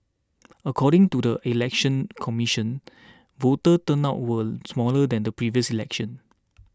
according to the Election Commission voter turnout was smaller than the previous election